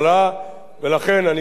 ולכן אני מציע,